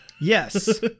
Yes